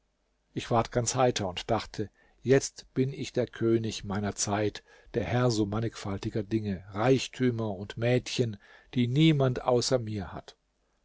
ich ward ganz heiter und dachte jetzt bin ich der könig meiner zeit der herr so mannigfaltiger dinge reichtümer und mädchen die niemand außer mir hat